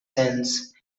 sense